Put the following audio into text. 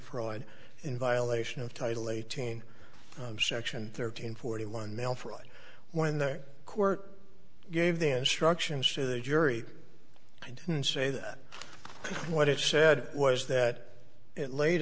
fraud in violation of title eighteen section thirteen forty one mail fraud when the court gave the instructions to the jury i didn't say that what it said was that it laid